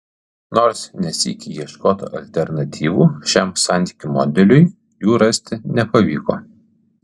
nors ne sykį ieškota alternatyvų šiam santykių modeliui jų rasti nepavyko